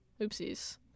Oopsies